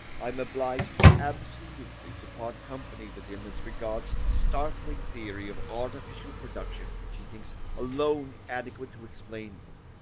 i am obliged absolutely to part company with him as regards the startling theory of artificial production which he thinks alone adequate to explain them.